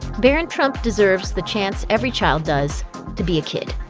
barron trump deserves the chance every child does to be a kid.